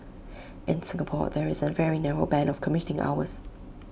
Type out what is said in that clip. in Singapore there is A very narrow Band of commuting hours